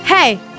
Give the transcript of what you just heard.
Hey